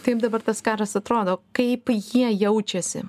taip dabar tas karas atrodo kaip jie jaučiasi